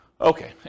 Okay